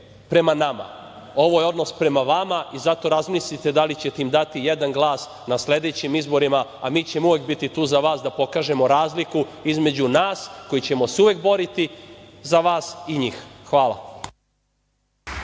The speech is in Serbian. prema nama, ovo je odnos prema vama i zato razmislite da li ćete im dati jedan glas na sledećim izborima, a mi ćemo uvek biti tu za vas da pokažemo razliku između nas koji ćemo se uvek boriti za vas i njih. Hvala.